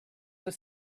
were